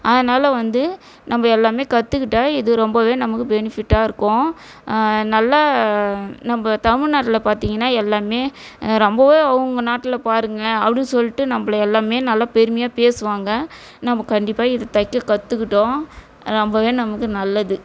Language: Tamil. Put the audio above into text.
அதனால் வந்து நம்ப எல்லாமே கற்றுக்கிட்டா இது ரொம்பவே நமக்கு பெனிஃபிட்டாக இருக்கும் நல்ல நம்ப தமில்நாட்டில் பார்த்தீங்கன்னா எல்லாருமே ரொம்பவே அவங்க நாட்டில் பாருங்கள் அப்படின்னு சொல்லிட்டு நம்பளை எல்லாருமே நல்லா பெருமையாக பேசுவாங்க நம்ப கண்டிப்பாக இதை தைக்க கற்றுக்கிட்டோம் ரொம்பவே நமக்கு நல்லது